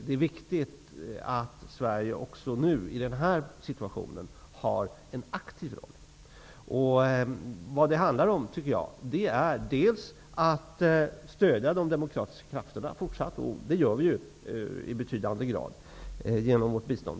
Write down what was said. Det är viktigt att Sverige har en aktiv roll i den här situationen. Det handlar för det första om att stödja de demokratiska krafterna. Det gör vi i betydande utsträckning, bl.a. genom vårt bistånd.